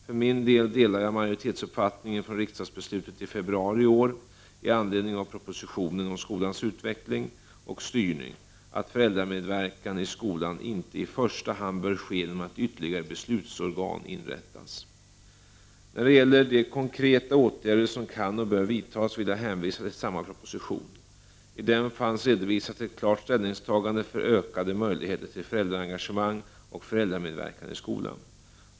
För min del delar jag majoritetsuppfattningen vid riksdagsbeslutet i februari i år i anledning av propositionen om skolans utveckling och styrning, att föräldramedverkan i skolan inte i första hand bör ske genom att ytterligare beslutsorgan inrättas. När det gäller de konkreta åtgärder som kan och bör vidtas vill jag hänvisa till samma proposition. I den fanns redovisat ett klart ställningstagande för ökade möjligheter till föräldraengagemang och föräldramedverkan i skolan.